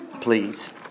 please